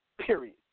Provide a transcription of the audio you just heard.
period